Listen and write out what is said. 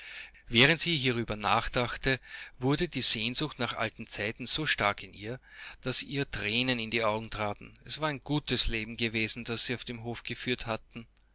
während sie hierüber nachdachte wurde die sehnsucht nach alten zeiten so stark in ihr daß ihr tränen in die augen traten es war ein gutes leben gewesen das sie auf dem hofe geführt hatten